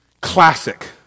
classic